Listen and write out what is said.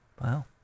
Wow